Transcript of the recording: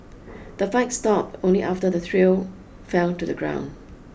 the fight stopped only after the trio fell to the ground